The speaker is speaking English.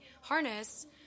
harness